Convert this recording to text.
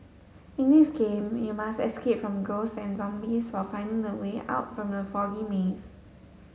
in this game you must escape from ghosts and zombies while finding the way out from the foggy maze